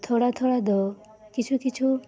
ᱛᱷᱚᱲᱟ ᱛᱷᱚᱲᱟᱫᱚ ᱠᱤᱪᱷᱩ ᱠᱤᱪᱷᱩ